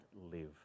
live